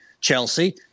Chelsea